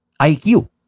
IQ